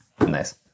Nice